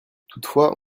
toutefois